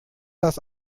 das